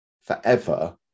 forever